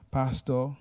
pastor